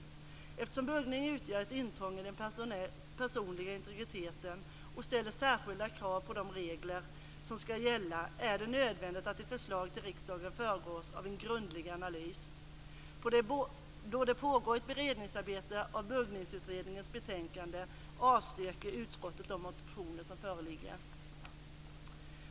Eftersom buggning utgör ett intrång i den personliga integriteten och ställer särskilda krav på de regler som skall gälla är det nödvändigt att ett förslag till riksdagen föregås av en grundlig analys. Då det pågår ett beredningsarbete av Buggningsutredningens betänkande avstyrker utskottet de motioner som föreligger.